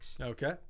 Okay